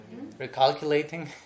recalculating